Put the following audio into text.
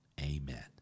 amen